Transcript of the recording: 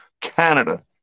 Canada